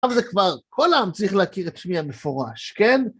עכשיו זה כבר כל העם צריך להכיר את שמי המפורש, כן?